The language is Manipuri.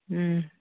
ꯎꯝ